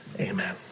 Amen